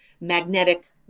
magnetic